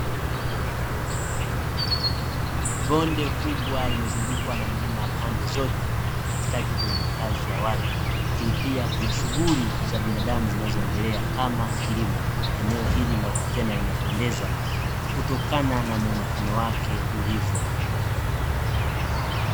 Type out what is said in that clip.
Bonde kubwa limezungukwa na milima pande zote, katikati kuna makazi ya watu lakini pia kuna shughuli za binadamu zinazoendelea kama kilimo. Eneo hili linavutia na linapendeza kutokana na muonekano wake ulivyo.